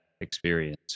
experience